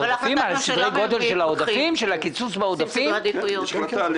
על סדרי גודל של הקיצוץ בעודפים?